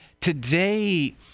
Today